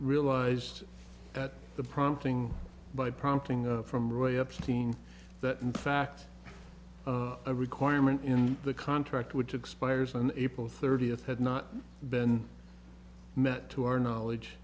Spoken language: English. realized that the prompting by prompting from roy epstein that in fact a requirement in the contract which expires on april thirtieth had not been met to our knowledge